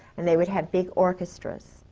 and they would have big orchestras.